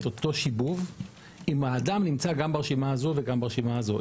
אותו שיבוב אם האדם נמצא גם ברשימה הזו וגם ברשימה הזו,